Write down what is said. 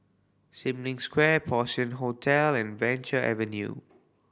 Sim Lim Square Porcelain Hotel and Venture Avenue